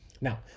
Now